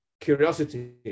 curiosity